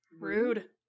Rude